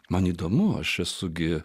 man įdomu aš esu gi